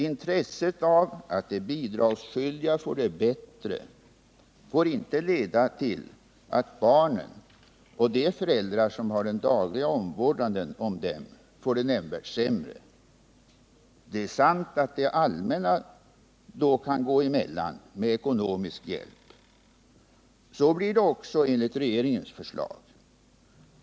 Intresset av att de bidragsskyldiga får det bättre får inte leda till att barnen och de föräldrar som har den dagliga omvårdnaden om dem får det nämnvärt sämre. Det är sant att det allmänna kan gå emellan med ekonomisk hjälp. Så blir det också enligt regeringens förslag.